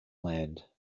land